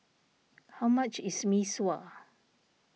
how much is Mee Sua